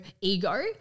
ego